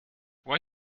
why